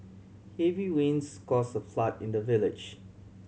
heavy rains cause a flood in the village